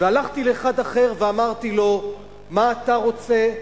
והלכתי לאחד אחר ואמרתי לו: מה אתה רוצה?